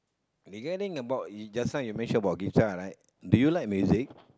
regarding about you just now you mention about guitar right do you like music